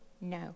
No